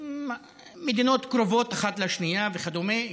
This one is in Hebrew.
שמדינות קרובות אחת לשנייה וכדומה,